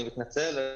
אני מתנצל.